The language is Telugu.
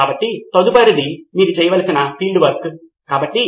కనుక ఇది చివరి అంశము మరియు మనము ఈ అభ్యాసములో పూర్తి చేసాము